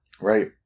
Right